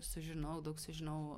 sužinojau daug sužinojau